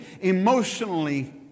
emotionally